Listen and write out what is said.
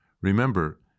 Remember